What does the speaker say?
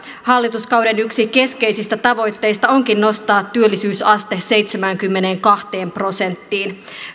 hallituskauden keskeisistä tavoitteista onkin nostaa työllisyysaste seitsemäänkymmeneenkahteen prosenttiin